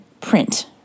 print